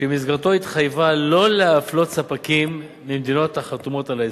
שבמסגרתו התחייבה לא להפלות ספקים ממדינות החתומות על ההסכם,